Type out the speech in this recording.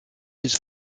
his